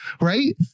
right